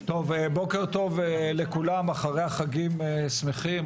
בוקר טוב לכולם, אחרי החגים שמחים,